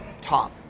top